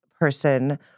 person